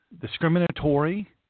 discriminatory